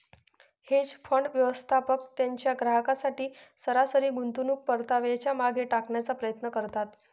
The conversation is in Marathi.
हेज फंड, व्यवस्थापक त्यांच्या ग्राहकांसाठी सरासरी गुंतवणूक परताव्याला मागे टाकण्याचा प्रयत्न करतात